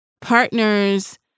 partners